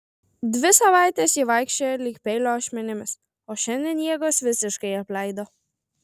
dvi savaites ji vaikščiojo lyg peilio ašmenimis o šiandien jėgos visiškai apleido